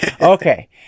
okay